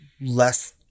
less